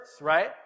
right